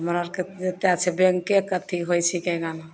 हमरा आरके एत्ते छै बैँकेके अथी होइ छिकै एहि गाममे